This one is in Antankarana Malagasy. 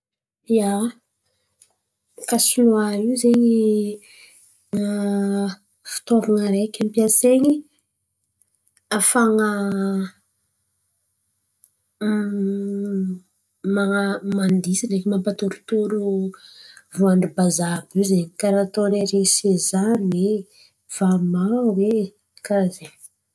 Ia, kasonoa io zen̈y fitaovan̈a araiky ampiasain̈y ahafahan̈a mana- mandisa ndraiky mampatorotoro voanjo-mbazaha àby io zen̈y. Karà ataon’ny erỳ sezamy e, vamoho e! Karà ze.